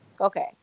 Okay